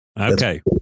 Okay